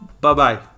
bye-bye